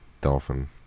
Dolphin